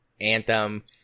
Anthem